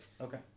Okay